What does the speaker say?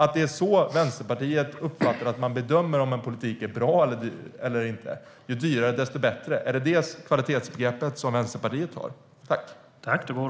Är det så Vänsterpartiet uppfattar att man bedömer om en politik är bra eller inte? Ju dyrare, desto bättre. Är det kvalitetsbegreppet som Vänsterpartiet har?